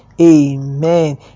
amen